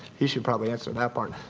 he should probably answer that part.